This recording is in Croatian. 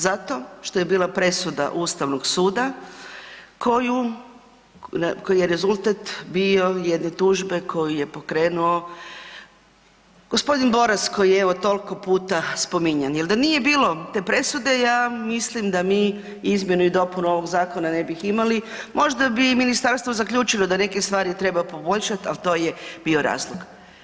Zato što je bila presuda Ustavnog suda koju, koji je rezultat bio jedne tužbe koju je pokrenuo g. Boras koji je evo, toliko puta spominjan, jer da nije bilo te presude, ja mislim da mi izmjenu i dopunu ovog zakona ne bi imali, možda bi ministarstvo zaključilo da neke stvari treba poboljšati, ali to je bio razlog.